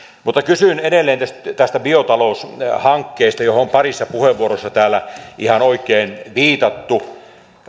mutta kysyn edelleen tästä biotaloushankkeesta johon on parissa puheenvuorossa täällä ihan oikein viitattu